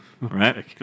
Right